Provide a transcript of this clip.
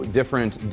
different